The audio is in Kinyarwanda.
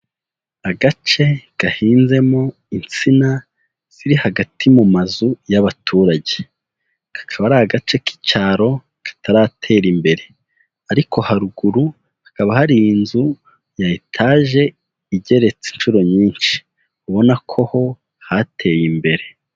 Agace gahinzemo insina ziri hagati mu mazu y'abaturage, kakaba ari agace k'icyaro kataratera imbere, ariko haruguru hakaba hari inzu ya etaje igeretse inshuro nyinshi, ubona ko ho hateye imbere.